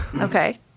Okay